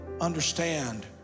understand